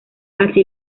así